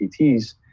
PTs